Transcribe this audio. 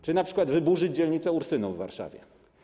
Czy np. wyburzyć dzielnicę Ursynów w Warszawie?